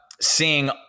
seeing